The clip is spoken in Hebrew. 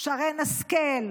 שרן השכל,